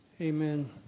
Amen